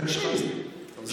התייחסתי כמה פעמים.